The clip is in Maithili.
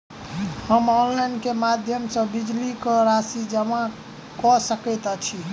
हम ऑनलाइन केँ माध्यम सँ बिजली कऽ राशि जमा कऽ सकैत छी?